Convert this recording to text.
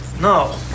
No